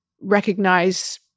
recognize